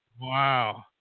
Wow